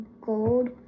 gold